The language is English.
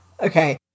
Okay